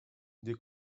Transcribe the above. des